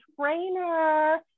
trainer